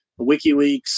WikiLeaks